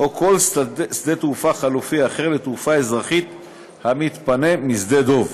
או כל שדה-תעופה חלופי אחר לתעופה האזרחית המתפנה משדה-דב.